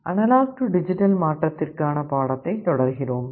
analogue to digital மாற்றத்திற்கான பாடத்தை தொடர்கிறோம்